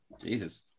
Jesus